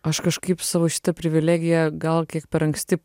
aš kažkaip savo šitą privilegiją gal kiek per anksti